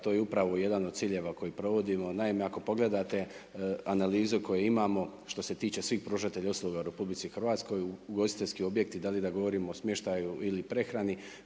To je upravo jedan od ciljeva koji provodimo. Naime, ako pogledate analizu koju imamo što se tiče svih pružatelja usluga u Republici Hrvatskoj, ugostiteljski objekti da li da govorimo o smještaju ili prehrani